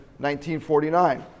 1949